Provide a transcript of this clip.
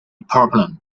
problem